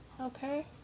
Okay